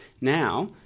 now